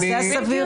זה הסביר?